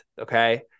Okay